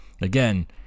again